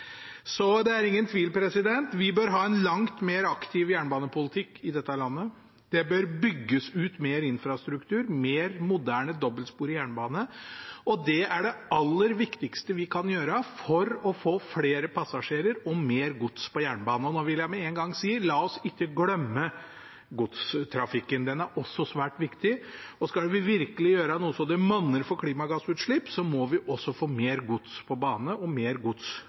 Så det er ingen tvil: Vi bør ha en langt mer aktiv jernbanepolitikk i dette landet. Det bør bygges ut mer infrastruktur, mer moderne dobbeltsporet jernbane. Det er det aller viktigste vi kan gjøre for å få flere passasjerer og mer gods på jernbane. Nå vil jeg med en gang si: La oss ikke glemme godstrafikken. Den er også svært viktig. Skal vi virkelig gjøre noe så det monner for klimagassutslipp, må vi også få mer gods på bane og mer gods